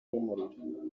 y’umuriro